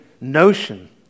notion